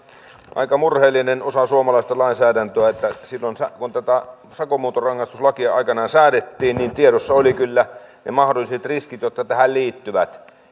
aika murheellinen osa suomalaista lainsäädäntöä silloin kun tätä sakon muuntorangaistuslakia aikanaan säädettiin tiedossa olivat kyllä ne mahdolliset riskit jotka tähän liittyvät